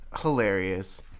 Hilarious